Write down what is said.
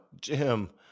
Jim